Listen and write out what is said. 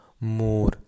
more